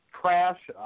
trash